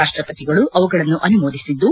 ರಾಷ್ಟಪತಿಗಳು ಅವುಗಳನ್ನು ಅನುಮೋದಿಸಿದ್ದು